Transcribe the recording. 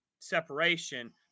separation